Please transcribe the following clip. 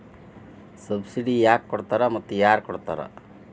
Subsidy ಯಾಕೆ ಕೊಡ್ತಾರ ಮತ್ತು ಯಾರ್ ಕೊಡ್ತಾರ್?